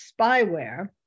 spyware